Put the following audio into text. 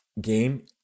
game